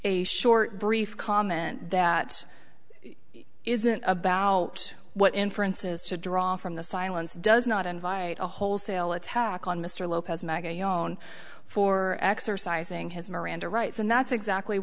a short brief comment that isn't about what inferences to draw from the silence does not invite a wholesale attack on mr lopez maggy own for exercising his miranda rights and that's exactly